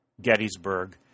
Gettysburg